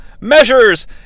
measures